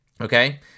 Okay